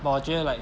but 我觉得 like